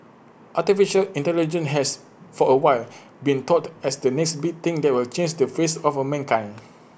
Artificial Intelligence has for A while been touted as the next big thing that will change the face of mankind